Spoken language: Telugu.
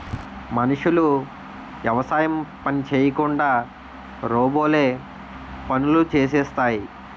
మనుషులు యవసాయం పని చేయకుండా రోబోలే పనులు చేసేస్తాయి